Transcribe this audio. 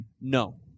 No